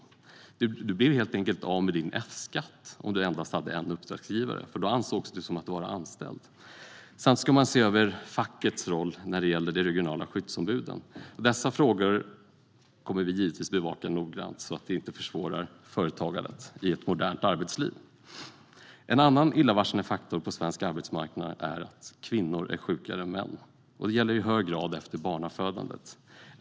Man blev helt enkelt av med sin F-skattsedel om man endast hade en uppdragsgivare, för man ansågs då vara anställd. Det handlar också om att se över fackets roll när det gäller de regionala skyddsombuden. Dessa frågor kommer vi givetvis att bevaka noggrant så att de inte försvårar företagandet i ett modernt arbetsliv. En annan illavarslande faktor på svensk arbetsmarknad är att kvinnor är sjukare än män. Det gäller i hög grad efter barnafödandet.